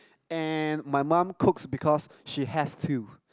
and my mum cooks because she has to